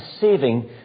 saving